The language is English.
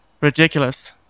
Ridiculous